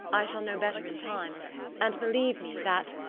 i shall know better in time and believe me that,